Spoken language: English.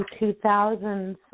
2000s